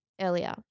earlier